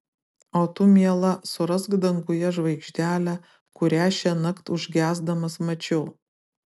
o tu miela surask danguje žvaigždelę kurią šiąnakt užgesdamas mačiau